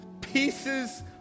pieces